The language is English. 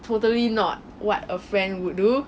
totally not what a friend would do